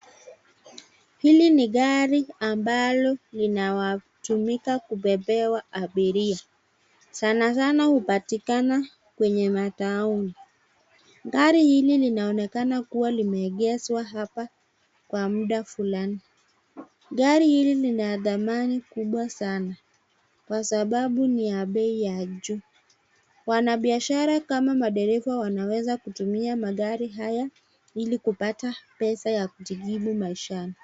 Hili ni gari ambalo linatumika kubebewa abiria sana sana hupatikana kwenye mataoni , gari hili linaonekana kuwa limeegeshwa hapa kwa muda fulani ,gari hili lina dhamani kubwa sana kwa sababu ni ya bei ya juu. Wanabiashara kama madereva wanaweza kutumia magari haya ili kupata pesa ya kujikimu maishani.